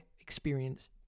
experience